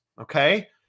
Okay